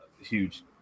huge